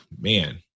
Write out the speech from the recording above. man